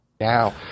Now